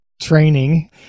training